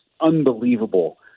unbelievable